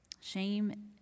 Shame